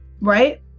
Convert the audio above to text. right